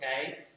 okay